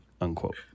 unquote